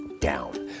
down